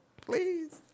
Please